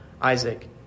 Isaac